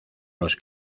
los